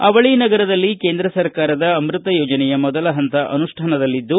ಅವಳನಗರದಲ್ಲಿ ಕೇಂದ್ರ ಸರ್ಕಾರದ ಅಮೃತ ಯೋಜನೆಯ ಮೊದಲ ಹಂತ ಅನುಷ್ಠಾನದಲ್ಲಿದ್ದು